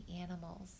animals